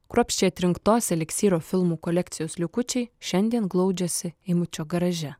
kruopščiai atrinktos eliksyro filmų kolekcijos likučiai šiandien glaudžiasi eimučio garaže